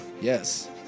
Yes